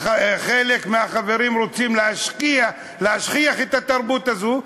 חלק מהחברים רוצים להשכיח את התרבות הזאת,